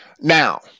Now